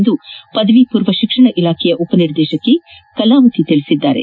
ಎಂದು ಪದವಿ ಪೂರ್ವ ಶಿಕ್ಷಣ ಇಲಾಖೆಯ ಉಪನಿರ್ದೇಶಕಿ ಕಲಾವತಿ ತಿಳಿಸಿದ್ದಾರೆ